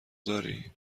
داری